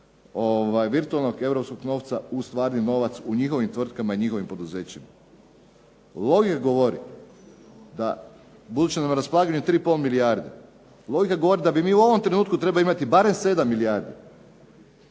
virtualnog europskog novca u stvarni novac u njihovim tvrtkama i njihovim poduzećima? Logika govori da budući da nam je na raspolaganju 3,5 milijarde, logika govori da bi mi u ovom trenutku trebali imati barem 7 milijardi.